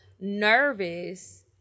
nervous